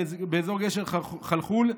באזור גשר חלחול,